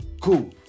Cool